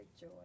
joy